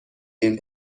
این